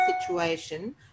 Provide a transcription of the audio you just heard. situation